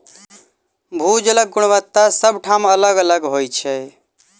भू जलक गुणवत्ता सभ ठाम अलग अलग होइत छै